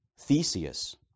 Theseus